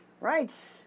Right